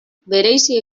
bereizi